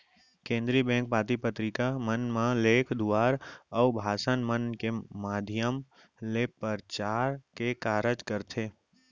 केनदरी bank पाती पतरिका मन म लेख दुवारा, अउ भासन मन के माधियम ले परचार के कारज करथे